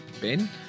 Ben